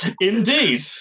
Indeed